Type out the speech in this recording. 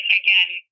again